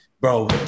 bro